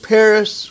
Paris